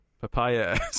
Papaya